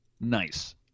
Nice